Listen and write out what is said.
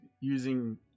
using